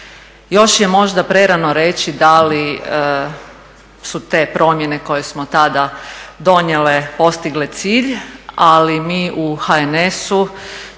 Još je možda prerano reći da li su te promjene koje smo tada donijeli postigle cilj ali mi u HNS-u